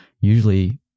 usually